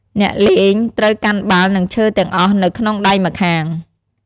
អ្នកលេងត្រូវកាន់បាល់ និងឈើទាំងអស់នៅក្នុងដៃម្ខាង។